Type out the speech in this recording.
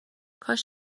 کاش